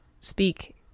speak